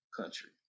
country